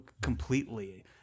completely